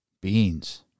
beans